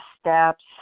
steps